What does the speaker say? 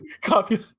copy